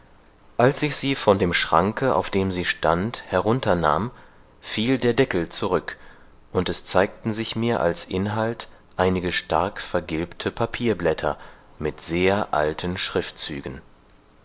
als ich sie von dem schranke auf dem sie stand herunternahm fiel der deckel zurück und es zeigten sich mir als inhalt einige stark vergilbte papierblätter mit sehr alten schriftzügen